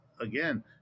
again